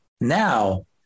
Now